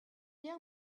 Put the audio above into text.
hier